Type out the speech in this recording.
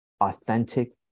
authentic